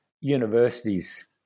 universities